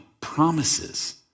promises